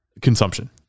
consumption